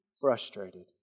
frustrated